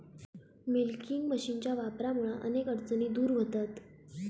milking मशीनच्या वापरामुळा अनेक अडचणी दूर व्हतहत